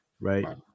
Right